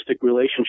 relationship